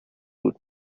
would